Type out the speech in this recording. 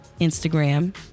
Instagram